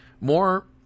more